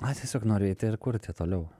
aš tiesiog noriu eiti ir kurti toliau